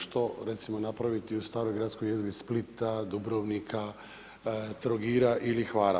Što recimo napraviti u staroj gradskoj jezgri Splita, Dubrovnika, Trogira ili Hvara.